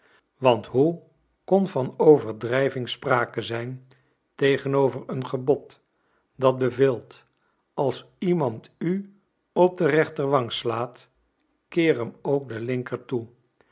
want hoe kon van overdrijving sprake zijn tegenover een gebod dat beveelt als iemand u op de rechterwang slaat keer hem ook de linker toe